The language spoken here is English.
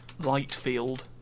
Lightfield